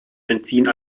benzin